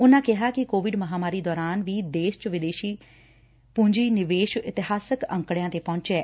ਉਨ੍ਹਾ ਕਿਹਾ ਕਿ ਕੋਵਿਡ ਮਹਾਂਮਾਰੀ ਦੌਰਾਨ ਦੇਸ਼ ਚ ਵਿਦੇਸ਼ੀ ਪੂੰਜੀ ਨਿਵੇਸ਼ ਇਤਿਹਾਸਕ ਅੰਕੜਿਆ ਤੇ ਪਹੁੰਚਿਆ